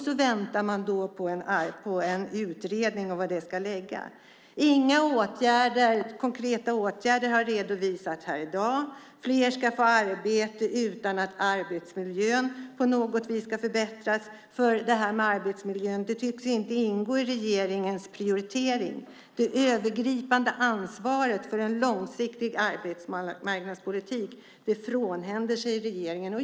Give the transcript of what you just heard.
Så väntar man på en utredning och vad den ska komma fram till. Inga konkreta åtgärder har redovisats här i dag. Fler ska få arbete utan att arbetsmiljön på något vis ska förbättras. Det här med arbetsmiljön tycks inte ingå i regeringens prioritering. Det övergripande ansvaret för en långsiktig arbetsmarknadspolitik frånhänder sig regeringen.